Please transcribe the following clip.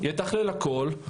יתכלל הכול,